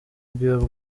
bwiwe